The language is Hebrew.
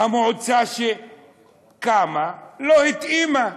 המועצה שקמה לא התאימה.